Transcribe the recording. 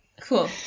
Cool